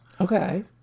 Okay